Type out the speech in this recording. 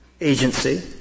agency